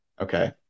okay